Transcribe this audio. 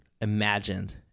imagined